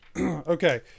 Okay